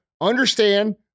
understand